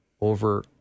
over